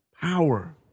power